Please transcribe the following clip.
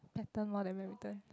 pattern more than badminton